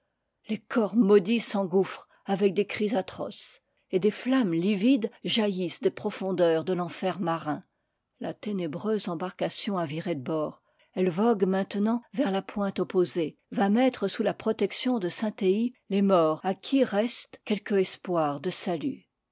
les corps maudits s'engouffrent avec des cris atroces et des flammes livides jaillissent des profondeurs de l'enfer marin la ténébreuse embarcation a viré de bord elle vogue maintenant vers la pointe opposée va mettre sous la protection de saint theï les morts à qui reste quelque espoir de salut